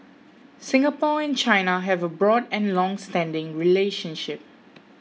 Singapore and China have a broad and longstanding relationship